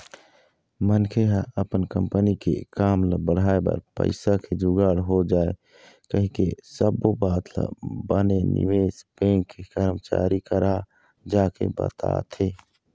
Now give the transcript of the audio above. मनखे ह अपन कंपनी के काम ल बढ़ाय बर पइसा के जुगाड़ हो जाय कहिके सब्बो बात ल बने निवेश बेंक के करमचारी करा जाके बताथे